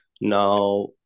Now